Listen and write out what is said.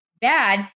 bad